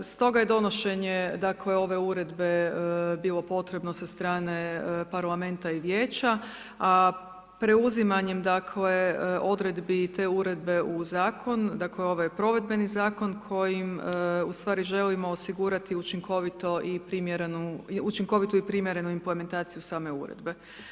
Stoga je donošenje ove uredbe bilo potrebo sa strane Parlamenta i Vijeća a preuzimanjem dakle, odredbi te uredbe u zakon, dakle, ovo je provedbeni zakon, kojim ustvari želimo osigurati učinkovitu i primjerenu implementacije same uredbe.